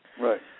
Right